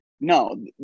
No